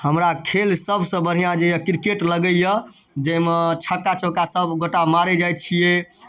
हमरा खेल सभसँ बढ़िआँ जे यऽ क्रिकेट लगैए जैमे छक्का चौक्का सभगोटा मारै जाइ छियै